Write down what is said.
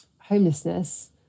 homelessness